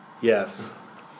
Yes